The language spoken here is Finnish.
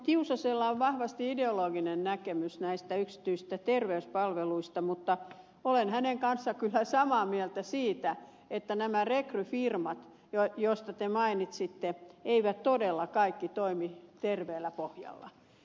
tiusasella on vahvasti ideologinen näkemys näistä yksityisistä terveyspalveluista mutta olen hänen kanssaan kyllä samaa mieltä siitä että nämä rekry firmat joista te mainitsitte eivät todella kaikki toimi terveellä pohjalla